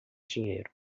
dinheiro